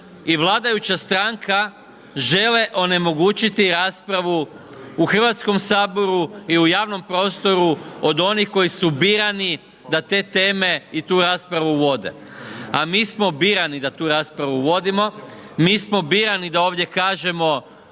i vladajuća stranka žele onemogućiti raspravu u Hrvatskom saboru i u javnom prostoru od onih koji su birani da te teme i tu raspravu vode, a mi smo birani da tu raspravu vodimo, mi smo birani da ovdje kažemo